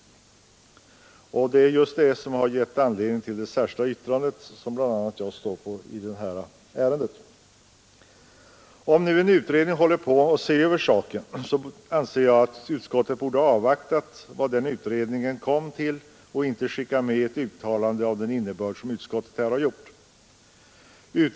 Detta uttalande har gett anlednirg till det särskilda yttrandet, som bl.a. jag står för. Om en utredning håller på att se över frågan, borde utskottet ha avvaktat utredningens förslag i stället för att göra ett uttalande av den innebörd som utskottet här gjort.